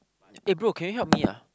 eh bro can you help me ah